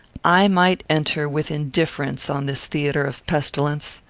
i might enter with indifference on this theatre of pestilence.